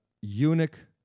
eunuch